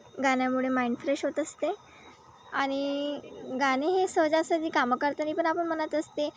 गाण्यामुळे mind fresh होत असते आणि गाणे हे सहजासहजी कामं करतानी पण आपण म्हणत असते